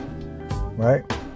right